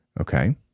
Okay